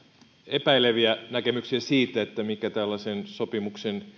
epäileviä näkemyksiä siitä mikä tällaisen sopimuksen